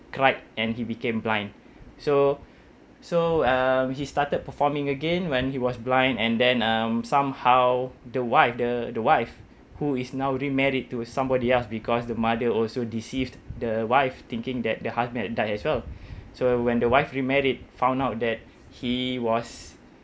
cried and he became blind so so um he started performing again when he was blind and then um somehow the wife the the wife who is now remarried to somebody else because the mother also deceived the wife thinking that the husband died as well so when the wife remarried found out that he was